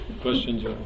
questions